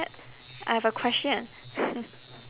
I have a question